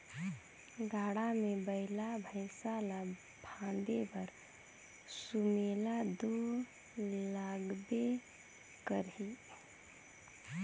गाड़ा मे बइला भइसा ल फादे बर सुमेला दो लागबे करही